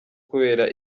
kubera